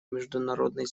международной